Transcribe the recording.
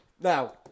Now